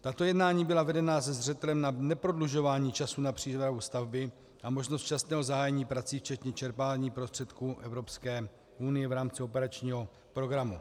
Tato jednání byla vedena se zřetelem na neprodlužování času na přípravu stavby a možnost včasného zahájení prací, včetně čerpání prostředků Evropské unie v rámci operačního programu.